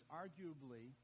arguably